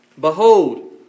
Behold